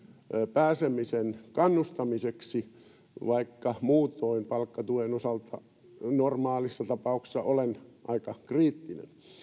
pääsemisen kannustamiseksi vaikka muutoin palkkatuen osalta normaalissa tapauksessa olen aika kriittinen